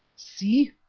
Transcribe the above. see!